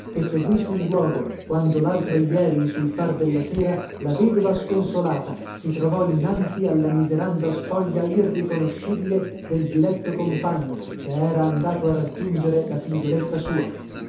che seguì sul luogo quando laltro ieri in sul far della sera la vedova sconsolata si trovò innanzi alla miseranda spoglia irriconoscibile del diletto compagno che era andato a raggiungere la figlioletta sua